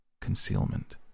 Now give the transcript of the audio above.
concealment